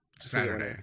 Saturday